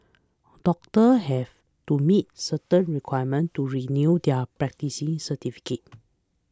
doctors have to meet certain requirements to renew their practising certificates